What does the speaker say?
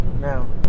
No